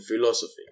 philosophy